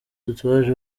tatouage